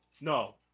No